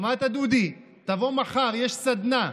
שמעת, דודי ?תבוא מחר, יש סדנה.